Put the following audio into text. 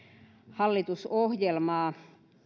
hallitusohjelmaa